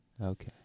Okay